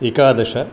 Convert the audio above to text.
एकादश